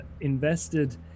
invested